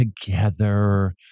together